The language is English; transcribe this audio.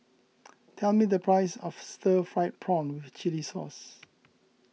tell me the price of Stir Fried Prawn with Chili Sauce